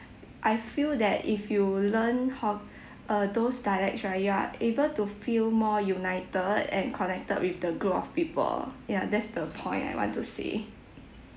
I feel that if you learn Hok~ uh those dialects right you're able to feel more united and connected with the group of people ya that's the point I want to say